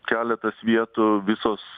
keletas vietų visos